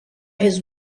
his